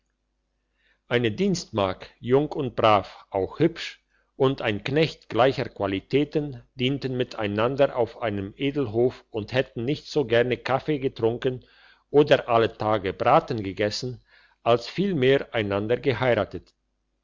eine dienstmagd jung und brav auch hübsch und ein knecht gleicher qualität dienten miteinander auf einem edelhof und hätten nicht so gerne kaffee getrunken oder alle tage braten gegessen als vielmehr einander geheiratet